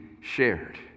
shared